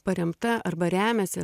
paremta arba remiasi